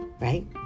right